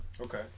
Okay